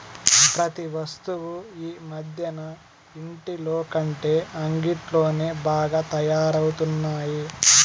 ప్రతి వస్తువు ఈ మధ్యన ఇంటిలోకంటే అంగిట్లోనే బాగా తయారవుతున్నాయి